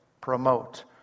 Promote